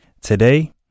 Today